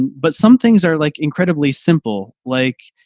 but some things are like incredibly simple, like,